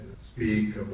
speak